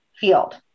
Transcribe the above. field